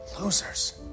Losers